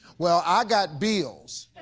well, i got bills.